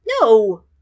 no